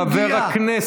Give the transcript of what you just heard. אדוני חבר הכנסת,